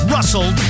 Russell